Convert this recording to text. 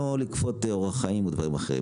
לא לכפות אורח חיים או דברים אחרים,